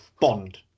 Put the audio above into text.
bond